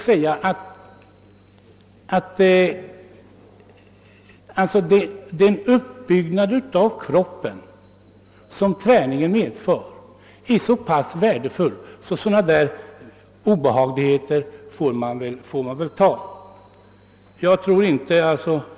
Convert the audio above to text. Jag vill emellertid säga att den uppbyggnad av kroppen som träningen medför är så pass värdefull att man väl får finna sig i sådana obehag.